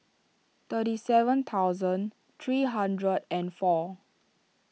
thirty seven thousand three hundred and four